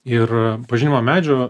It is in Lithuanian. ir a pažinimo medžio